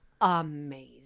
Amazing